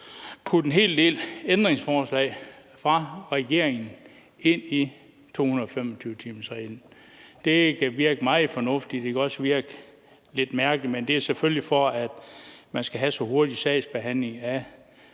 puttet en hel del ændringsforslag fra regeringen ind i 225-timersreglen. Det kan virke meget fornuftigt, det kan også virke lidt mærkeligt, men det er selvfølgelig, for at man skal have en hurtig sagsbehandling af